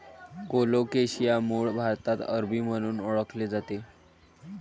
colocasia मूळ भारतात अरबी म्हणून ओळखले जाते